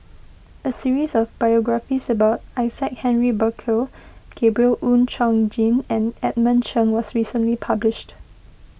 a series of biographies about Isaac Henry Burkill Gabriel Oon Chong Jin and Edmund Cheng was recently published